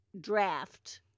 draft